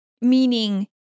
meaning